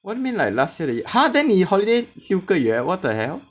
what do you mean like last year 的 year ha then 你 holiday 六个月 what the hell